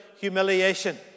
humiliation